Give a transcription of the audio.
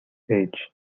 age